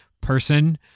person